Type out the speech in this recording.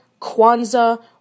Kwanzaa